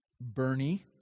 Bernie